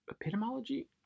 epistemology